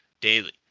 daily